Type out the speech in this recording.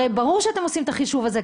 הרי ברור שאתם עושים את החישוב הזה.